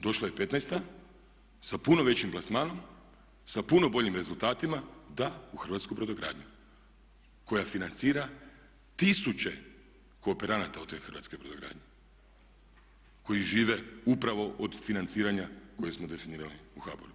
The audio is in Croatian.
Došla je petnaesta sa puno većim plasmanom, sa puno boljim rezultatima, da u hrvatsku brodogradnju koja financira tisuće kooperanata u te hrvatske brodogradnje koji žive upravo od financiranja koje smo definirali u HBOR-u.